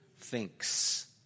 thinks